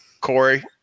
Corey